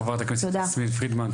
חברת הכנסת יסמין פרידמן,